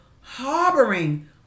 harboring